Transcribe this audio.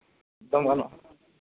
ᱮᱠᱫᱚᱢ ᱜᱟᱱᱚᱜᱼᱟ